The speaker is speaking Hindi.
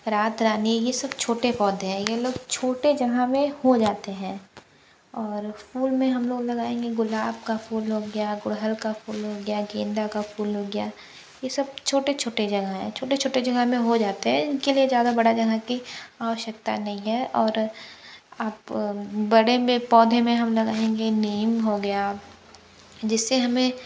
रात रानी ये सब छोटे पौधें हैं ये लोग छोटे जगह में हो जाते हैं और फूल में हम लोग लगाएंगे गुलाब का फूल हो गया गुड़हल का फूल हो गया गेंदे का फूल हो गया ये सब छोटे छोटे जगह हैं छोटे छोटे जगह में हो जाते हैं इनके लिए ज़्यादा बड़ा जगह की आवश्यकता नहीं है और आप बड़े में पौधे में हम लगाएंगे नीम हो गया जिससे हमें